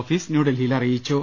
office ന്യൂഡൽഹിയിൽ അറിയിച്ചു